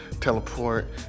teleport